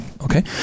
Okay